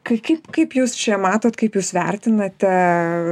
kai kaip kaip jūs čia matot kaip jūs vertinate